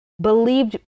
believed